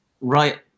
right